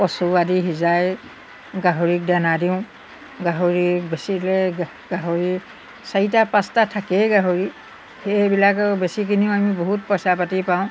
কচু আদি সিজাই গাহৰিক দানা দিওঁ গাহৰি বেচিলে গাহৰি চাৰিটা পাঁচটা থাকেই গাহৰি সেইবিলাকও বেছি কিনিও আমি বহুত পইচা পাতি পাওঁ